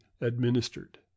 administered